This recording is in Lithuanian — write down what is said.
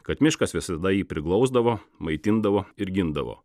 kad miškas visada jį priglausdavo maitindavo ir gindavo